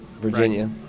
Virginia